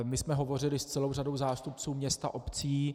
My jsme hovořili s celou řadou zástupců měst a obcí.